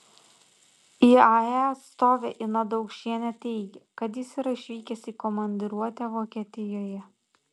iae atstovė ina daukšienė teigė kad jis yra išvykęs į komandiruotę vokietijoje